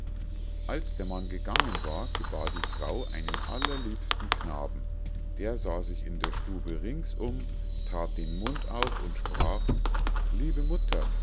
als der mann gegangen war gebar die frau einen allerliebsten knaben der sah sich in der stube rings um that den mund auf und sprach liebe mutter